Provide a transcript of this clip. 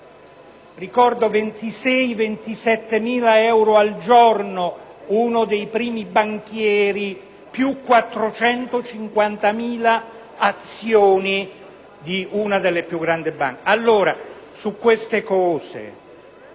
cifra di 26.000-27.000 euro al giorno per uno dei primi banchieri e di oltre 450.000 azioni di una delle più grandi banche